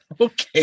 Okay